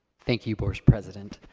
thank you, board's president.